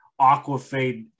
aquafade